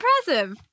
impressive